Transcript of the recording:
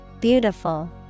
Beautiful